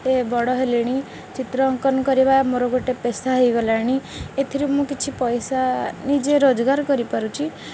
ଏ ବଡ଼ ହେଲେଣି ଚିତ୍ର ଅଙ୍କନ କରିବା ମୋର ଗୋଟେ ପେସା ହୋଗଲାଣି ଏଥିରୁ ମୁଁ କିଛି ପଇସା ନିଜେ ରୋଜଗାର କରିପାରୁଛି